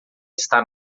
está